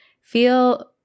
feel